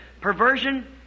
perversion